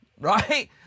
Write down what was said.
right